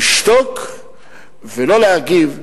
לשתוק ולא להגיב,